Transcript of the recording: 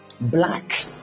Black